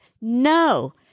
no